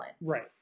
right